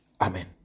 amen